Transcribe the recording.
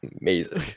amazing